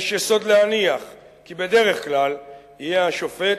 יש יסוד להניח כי בדרך כלל יהיה השופט,